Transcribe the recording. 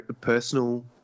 personal